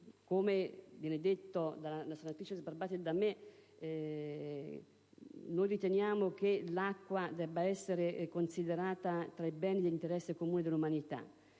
Come viene detto dalla senatrice Sbarbati e da me, riteniamo che l'acqua debba essere considerata tra i beni di interesse comune dell'umanità,